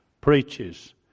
Preaches